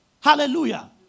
Hallelujah